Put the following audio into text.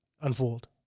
unfold